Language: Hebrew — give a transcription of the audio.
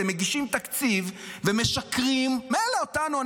אתם מגישים תקציב ומשקרים, מילא אותנו.